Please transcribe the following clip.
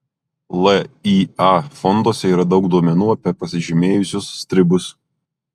lya fonduose yra daug duomenų apie pasižymėjusius stribus